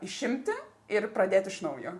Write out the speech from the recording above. išimti ir pradėt iš naujo